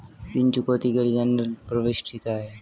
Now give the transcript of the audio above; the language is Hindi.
ऋण चुकौती के लिए जनरल प्रविष्टि क्या है?